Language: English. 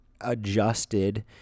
adjusted